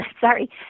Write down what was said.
Sorry